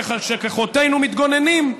כשכוחותינו מתגוננים,